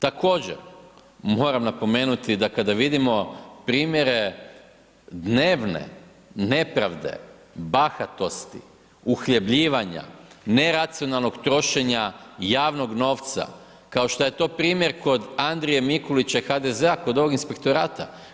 Također, moram napomenuti da kada vidimo primjere dnevne nepravde, bahatosti, uhljebljivanja, neracionalnog trošenja javnog novca, kao šta je to primjer kod Andrije Mikulića i HDZ-a, kod ovog inspektorata.